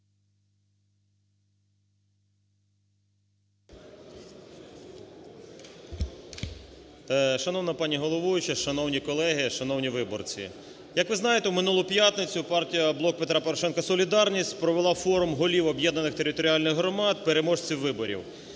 Шановна пані головуюча, шановні колеги, шановні виборці! Як ви знаєте, в минулу п'ятницю партія "Блок Петра Порошенка "Солідарність" провела форум голів об'єднаних територіальних громад, переможців виборів.